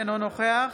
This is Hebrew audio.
אינו נוכח